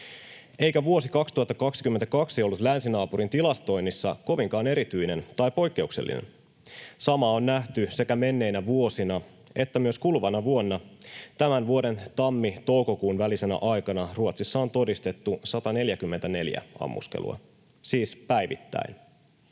Eikä vuosi 2022 ollut länsinaapurin tilastoinnissa kovinkaan erityinen tai poikkeuksellinen. Samaa on nähty sekä menneinä vuosina että myös kuluvana vuonna. Tämän vuoden tammi—toukokuun välisenä aikana Ruotsissa on todistettu 144 ammuskelua, siis päivittäin.